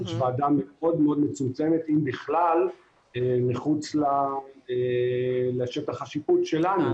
יש ועדה מאוד מצומצמת אם בכלל מחוץ לשטח השיפוט שלנו.